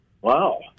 Wow